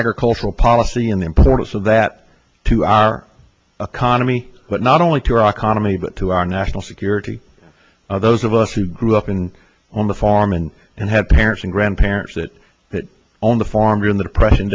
agricultural policy in the importance of that to our economy but not only to our economy but to our national security those of us who grew up in on the farm and and had parents and grandparents that owned the farm in the depression